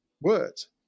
words